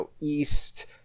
East